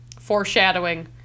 foreshadowing